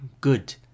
good